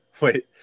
Wait